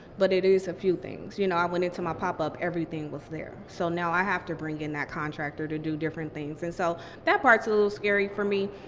but it is a few things. when you know i went into my pop-up, everything was there, so now i have to bring in that contractor to do different things. and so that part's a little scary for me,